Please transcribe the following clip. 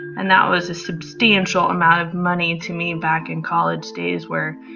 and that was a substantial amount of money to me back in college days where,